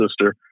sister